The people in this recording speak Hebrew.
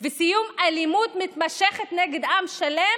וסיום אלימות מתמשכת נגד עם שלם?